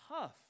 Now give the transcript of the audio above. tough